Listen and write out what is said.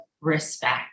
respect